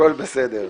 הכול בסדר.